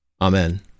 Amen